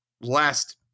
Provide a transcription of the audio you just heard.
last